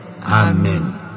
Amen